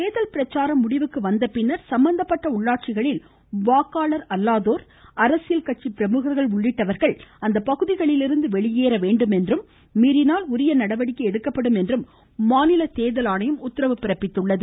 தேர்தல் பிரச்சாரம் முடிவுக்கு வந்த பின்னர் சம்மந்தப்பட்ட உள்ளாட்சிகளில் வாக்காளர் அல்லாதோர் அப்பகுதிகளிலிருந்து வெளியேற வேண்டும் என்றும் மீறினால் உரிய நடவடிக்கை எடுக்கப்படும் என்றும் மாநில தேர்தல் ஆணையம் உத்தரவிட்டுள்ளது